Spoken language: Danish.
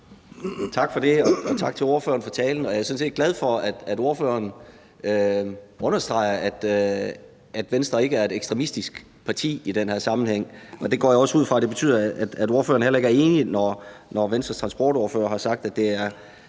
Tak for det. Og tak til ordføreren for talen. Jeg er sådan set glad for, at ordføreren understreger, at Venstre ikke er et ekstremistisk parti i den her sammenhæng, og det går jeg også ud fra betyder, at ordføreren heller ikke er enig, når Venstres transportordfører har sagt, at